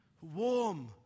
warm